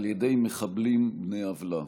על ידי מחבלים בני עוולה.